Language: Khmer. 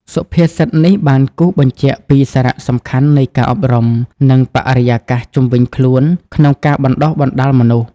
សុភាសិតនេះបានគូសបញ្ជាក់ពីសារៈសំខាន់នៃការអប់រំ និងបរិយាកាសជុំវិញខ្លួនក្នុងការបណ្តុះបណ្តាលមនុស្ស។